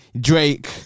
Drake